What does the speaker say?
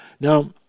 Now